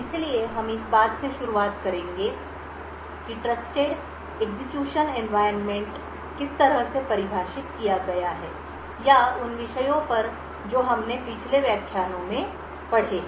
इसलिए हम इस बात से शुरुआत करेंगे कि ट्रस्टेड एक्ज़ीक्यूशन एनवायरनमेंट किस तरह से परिभाषित किया गया है या उन विषयों पर जो हमने पिछले व्याख्यानों में पढ़े हैं